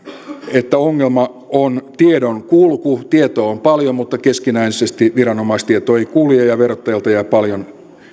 että ongelma on tiedonkulku tietoa on paljon mutta keskinäisesti viranomaistieto ei kulje ja verottajalta jää paljon